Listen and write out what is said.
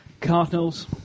Cardinals